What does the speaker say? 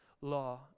law